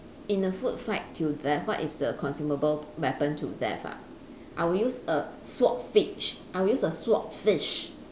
in a food fight to death what is the consumable weapon to death ah I'll use a swordfish I'll use a swordfish